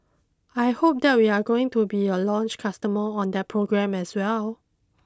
I hope that we're going to be a launch customer on that program as well